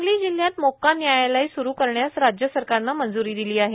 सांगली जिल्ह्यात मोक्का न्यायालय स्रु करण्यास राज्य सरकारनं मंजूरी दिली आहे